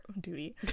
Duty